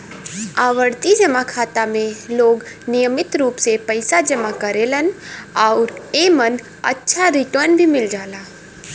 आवर्ती जमा खाता में लोग नियमित रूप से पइसा जमा करेलन आउर एमन अच्छा रिटर्न भी मिल जाला